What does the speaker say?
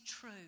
true